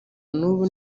nubu